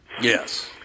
Yes